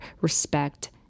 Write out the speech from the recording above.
respect